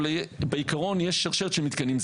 אבל בעיקרון יש שרשרת של מתקנים,